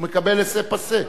הוא מקבל laissez passer.